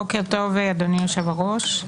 בוקר טוב, אדוני יושב-הראש.